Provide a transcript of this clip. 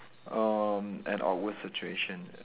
erm an awkward situation